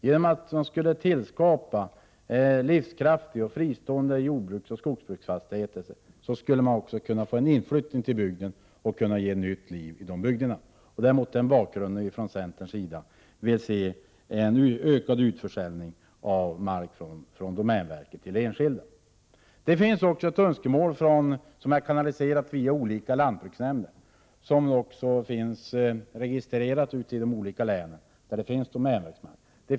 Genom att skapa livskraftiga och fristående jordbruksoch skogsbruksfastigheter, skulle man också få till stånd en inflyttning och därmed ge nytt liv till dessa bygder. Det är mot den bakgrunden som vi från centerns sida vill se en ökad utförsäljning av domänverkets mark till enskilda. Det finns ett önskemål som har kanaliserats via olika lantbruksnämnder. Detta önskemål finns också registrerat ute i de län där det finns domänverksmark.